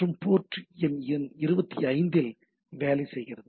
மற்றும் போர்ட் 25 இல் வேலை செய்கிறது